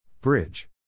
Bridge